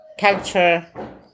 culture